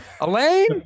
Elaine